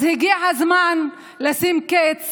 אז הגיע הזמן לשים קץ